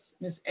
Miss